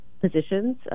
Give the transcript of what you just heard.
positions